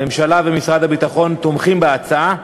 הממשלה ומשרד הביטחון תומכים בהצעה.